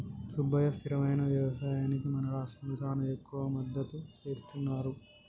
సుబ్బయ్య స్థిరమైన యవసాయానికి మన రాష్ట్రంలో చానా ఎక్కువ మద్దతు సేస్తున్నారు